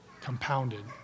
compounded